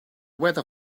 weather